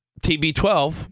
TB12